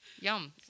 yum